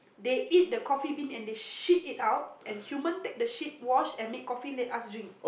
they eat the Coffee Bean and they shit it out and human take the shit wash and make coffee let us drink